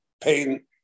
pain